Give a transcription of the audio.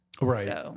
Right